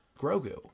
Grogu